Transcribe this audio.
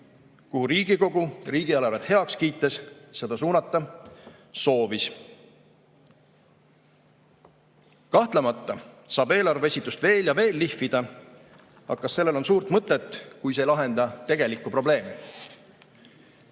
kuhu Riigikogu riigieelarvet heaks kiites seda suunata soovis. Kahtlemata saab eelarve esitust veel ja veel lihvida. Aga kas sellel on suurt mõtet, kui see ei lahenda tegelikku probleemi?